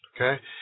okay